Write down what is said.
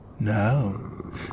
No